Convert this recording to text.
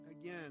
again